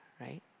right